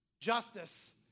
Justice